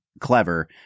clever